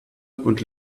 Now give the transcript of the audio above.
und